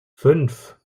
fünf